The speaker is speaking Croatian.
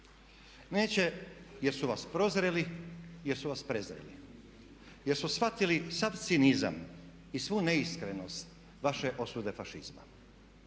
Neće jer su vas prozreli, jer su vas prezreli. Jer su shvatili sav cinizam i svu neiskrenost vaše osude fašizma.